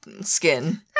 skin